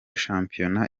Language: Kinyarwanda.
shampiyona